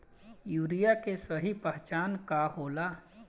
Urea के सही पहचान का होला?